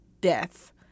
death